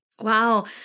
Wow